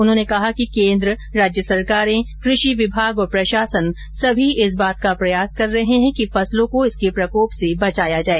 उन्होंने कहा कि केंद्र राज्य सरकारें कृषि विभाग और प्रशासन सभी इस बात का प्रयास कर रहे हैं कि फसलों को इसके प्रकोप से बचाया जाए